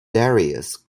darius